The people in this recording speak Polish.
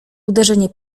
uderzenie